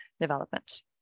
development